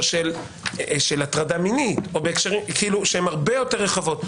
של הטרדה מינית שהן הרבה יותר רחבות.